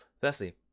firstly